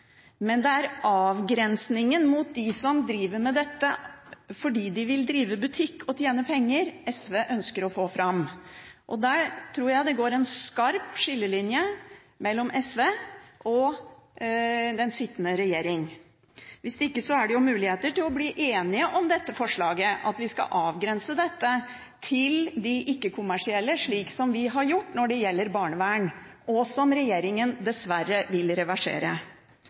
men det er avgrensningen mot dem som driver med dette fordi de vil drive butikk og tjene penger, SV ønsker å få fram. Der tror jeg det går en skarp skillelinje mellom SV og den sittende regjering. Hvis ikke er det jo muligheter til å bli enige om dette forslaget, at vi skal avgrense dette til de ikke-kommersielle, slik som vi har gjort når det gjelder barnevern – og som regjeringen dessverre vil reversere.